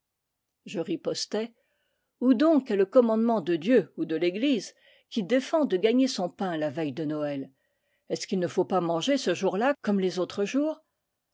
je ripostai où donc est le commandement de dieu ou de l'eglise qui défend de gagner son pain la veille de noël est-ce qu'il ne faut pas manger ce jour-là comme les autres jours